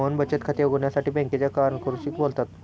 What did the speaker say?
मोहन बचत खाते उघडण्यासाठी बँकेच्या कारकुनाशी बोलला